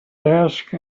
ask